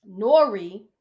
Nori